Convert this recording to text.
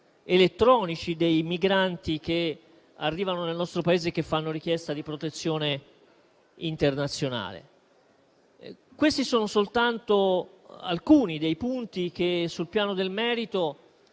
elettronici dei migranti che arrivano nel nostro Paese e fanno richiesta di protezione internazionale. Questi sono soltanto alcuni dei punti che, sul piano del merito,